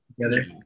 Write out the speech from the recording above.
together